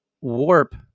warp